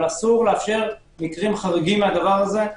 אבל אסור לאפשר מקרים חריגים לדבר הזה.